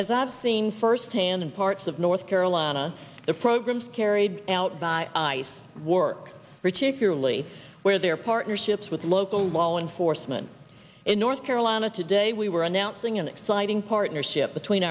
have seen firsthand in parts of north carolina the programs carried out by ice work particularly where there partnerships with local wal enforcement in north carolina today we were announcing an exciting partnership between